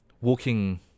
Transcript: walking